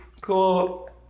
Cool